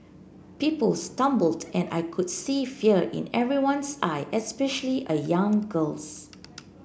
people stumbled and I could see fear in everyone's eye especially a young girl's